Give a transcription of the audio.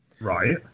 Right